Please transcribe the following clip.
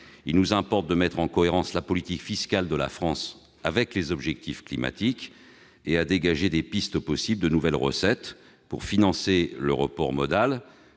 Il nous importe de mettre en cohérence la politique fiscale de la France avec ses objectifs climatiques et de dégager des pistes possibles de nouvelles recettes pour financer le report modal,